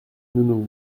nous